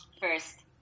first